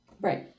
Right